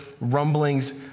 rumblings